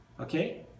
Okay